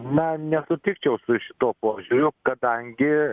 na nesutikčiau su šituo požiūriu kadangi